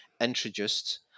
introduced